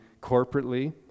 corporately